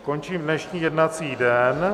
Končím dnešní jednací den.